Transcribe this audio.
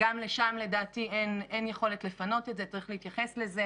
גם לשם לדעתי אין יכולת לפנות, צריך להתייחס לזה